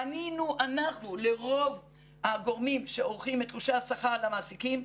פנינו אנחנו לרוב הגורמים שעורכים את תלושי השכר למעסיקים,